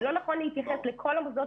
זה לא נכון להתייחס לכל המוסדות